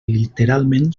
literalment